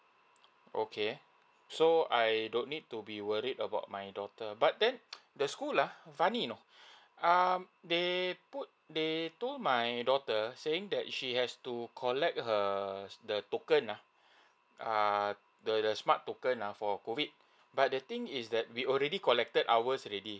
okay so I don't need to be worried about my daughter but then the school lah funny you know um they put they told my daughter saying that she has to collect her the token uh err the the smart token uh for COVID but the thing is that we already collected ours already